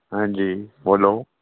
हां जी बोल्लो